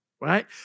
right